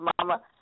mama